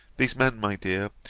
these men, my dear,